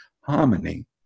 harmony